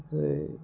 যে